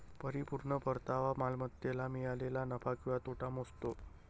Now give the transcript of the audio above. परिपूर्ण परतावा मालमत्तेला मिळालेला नफा किंवा तोटा मोजतो